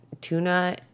tuna